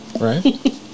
right